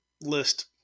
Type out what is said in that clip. list